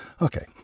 Okay